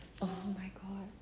oh my god